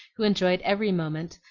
who enjoyed every moment,